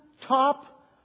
top